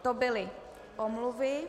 To byly omluvy.